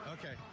Okay